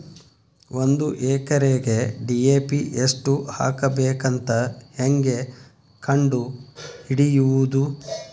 ಒಂದು ಎಕರೆಗೆ ಡಿ.ಎ.ಪಿ ಎಷ್ಟು ಹಾಕಬೇಕಂತ ಹೆಂಗೆ ಕಂಡು ಹಿಡಿಯುವುದು?